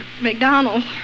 McDonald's